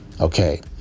okay